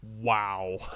Wow